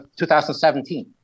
2017